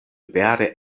vere